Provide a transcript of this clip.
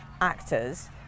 actors